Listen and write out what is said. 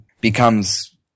becomes